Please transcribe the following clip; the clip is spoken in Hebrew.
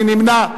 מי נמנע?